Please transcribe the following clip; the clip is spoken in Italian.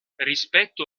rispetto